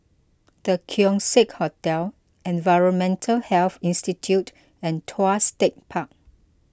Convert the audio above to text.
the Keong Saik Hotel Environmental Health Institute and Tuas Tech Park